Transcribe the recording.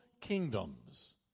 kingdoms